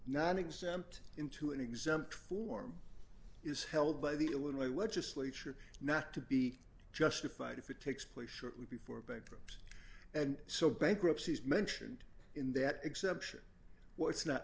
not exempt into an exempt form is held by the illinois legislature not to be justified if it takes place shortly before bankrupt and so bankruptcy is mentioned in that exception what's not